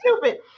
stupid